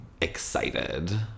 excited